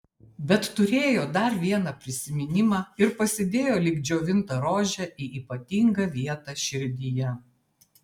bet turėjo dar vieną prisiminimą ir pasidėjo lyg džiovintą rožę į ypatingą vietą širdyje